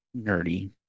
nerdy